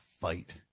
fight